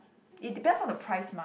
it depends on the price mah